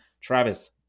Travis